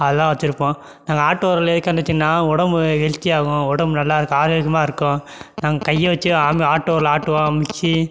அதல்லாம் வச்சிருப்போம் நாங்கள் ஆட்டு உரல் எதுக்காண்டி வச்சோன்னால் உடம்பு ஹெல்த்தியாகும் உடம்பு நல்லா ஆரோக்கியமாக இருக்கும் நாங்கள் கையை வச்சே அம் ஆட்டு உரல் ஆட்டுவோம் மிக்சி